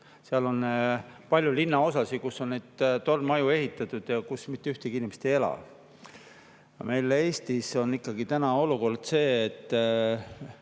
Seal on palju linnaosasid, kus on tornmaju ehitatud ja kus mitte ühtegi inimest ei ela. Meil Eestis on täna olukord see, et